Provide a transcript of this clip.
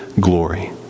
glory